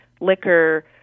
liquor